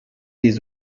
les